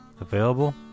available